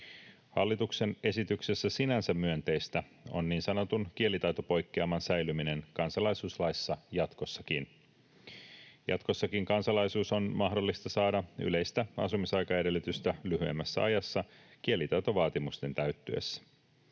Hallituksen esityksessä sinänsä myönteistä on niin sanotun kielitaitopoikkeaman säilyminen kansalaisuuslaissa jatkossakin. Jatkossakin kansalaisuus on mahdollista saada yleistä asumisaikaedellytystä lyhyemmässä ajassa kielitaitovaatimusten täyttyessä.